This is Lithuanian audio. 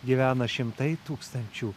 gyvena šimtai tūkstančių